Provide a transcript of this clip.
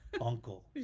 uncle